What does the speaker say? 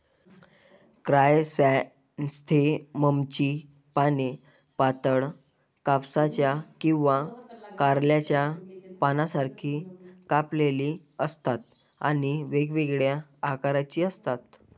क्रायसॅन्थेममची पाने पातळ, कापसाच्या किंवा कारल्याच्या पानांसारखी कापलेली असतात आणि वेगवेगळ्या आकाराची असतात